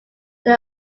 they